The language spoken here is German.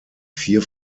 vier